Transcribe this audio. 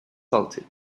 salted